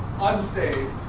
unsaved